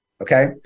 okay